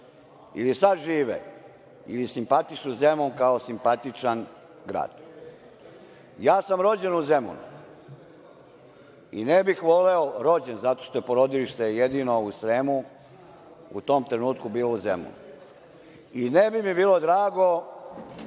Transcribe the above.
ili sada žive ili simpatišu Zemun kao simpatičan grad. Ja sam rođen u Zemunu i ne bih voleo, rođen zato što je porodilište jedino u Sremu u tom trenutku bilo u Zemunu, i ne bi mi bilo drago